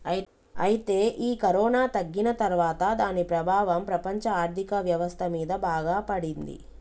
అయితే ఈ కరోనా తగ్గిన తర్వాత దాని ప్రభావం ప్రపంచ ఆర్థిక వ్యవస్థ మీద బాగా పడింది